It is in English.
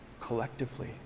collectively